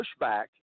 pushback